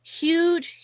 huge